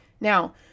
Now